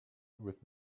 with